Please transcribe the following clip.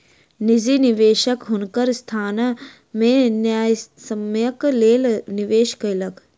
निजी निवेशक हुनकर संस्थान में न्यायसम्यक लेल निवेश केलक